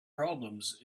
problems